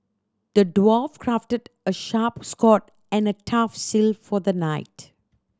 the dwarf crafted a sharp sword and a tough shield for the knight